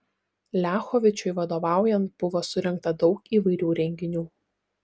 liachovičiui vadovaujant buvo surengta daug įvairių renginių